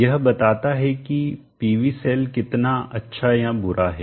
यह बताता है कि PV सेल कितना अच्छा या बुरा है